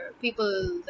people